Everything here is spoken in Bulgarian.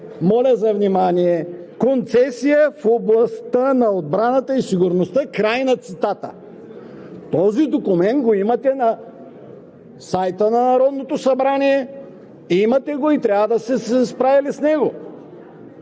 моля за внимание – „концесия в областта на отбрана и сигурност“ – край на цитата. Този документ го имате на сайта на Народното събрание, имате го и е трябвало да сте се справили с него.